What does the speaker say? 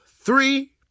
three